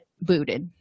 booted